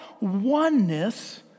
oneness